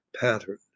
pattern